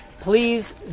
Please